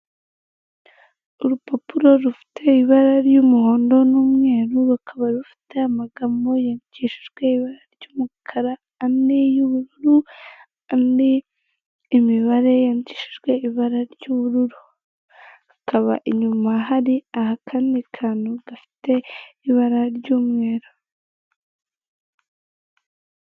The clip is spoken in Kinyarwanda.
Urupapuro rufite ibara ry'umuhondo n'umweru, rukaba rufite amagambo yandikishijwe ibara ry'umukara, ane y'ubururu, ane imibare yandikishijwe ibara ry'ubururu, hakaba inyuma hari akandi kantu gafite ibara ry'umweru.